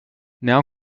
now